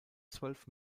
zwölf